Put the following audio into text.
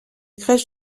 crèche